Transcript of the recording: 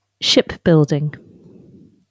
Shipbuilding